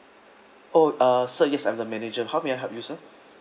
oh uh sir yes I'm the manager how may I help you sir